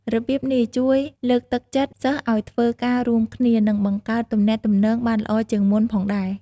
របៀបនេះជួយលើកទឹកចិត្តសិស្សឲ្យធ្វើការរួមគ្នា និងបង្កើតទំនាក់ទំនងបានល្អជាងមុនផងដែរ។